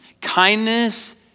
kindness